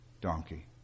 donkey